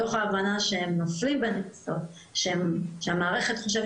מתוך ההבנה שהם נופלים בין הכיסאות שהמערכת חושבת